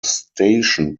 station